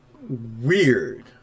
weird